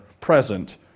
present